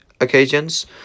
occasions